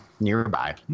nearby